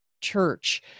church